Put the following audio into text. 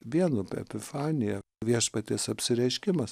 vienu epifanija viešpaties apsireiškimas